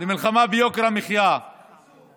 יוצא עם 20,